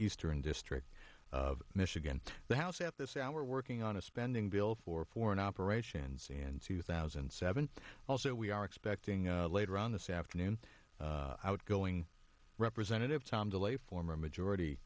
eastern district of michigan the house at this hour working on a spending bill for foreign operations in two thousand and seven also we are expecting later on this afternoon outgoing representative tom de lay former majority